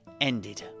ended